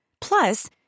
Plus